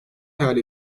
hayal